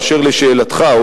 באשר לשאלתך,